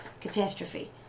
catastrophe